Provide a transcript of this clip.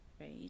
right